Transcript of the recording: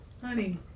honey